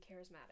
charismatic